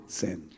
sin